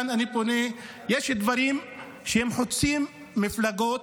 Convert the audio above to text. יש דברים שחוצים מפלגות,